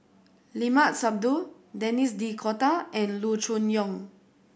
Limat Sabtu Denis D'Cotta and Loo Choon Yong